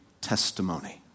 Testimony